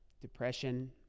Depression